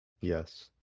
Yes